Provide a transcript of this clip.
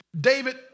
David